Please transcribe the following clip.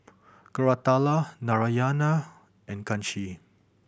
Koratala Narayana and Kanshi